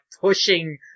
pushing